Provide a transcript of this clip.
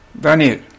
Daniel